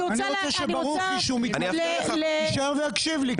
אני רוצה שברוכי, שהוא מתנגד, יישאר ויקשיב לי.